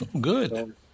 Good